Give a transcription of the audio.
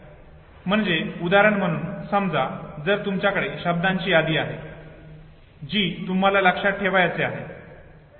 म्हणजे उदाहरण म्हणून समजा जर तुमच्याकडे शब्दांची यादी आहे जी तुम्हाला लक्षात ठेवायाचे आहे